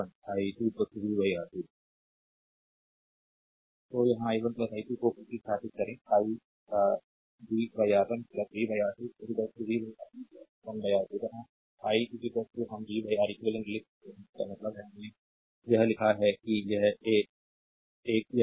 slide time देखें 2907 तो यहाँ i1 i2 को प्रतिस्थापित करें I v R1 v R2 v 1 R1 1 R2 जहाँ I हम v R eq लिख सकते हैं इसका मतलब है हमने यह किया है कि यह एक यह है